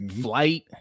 Flight